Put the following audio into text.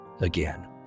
again